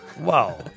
Wow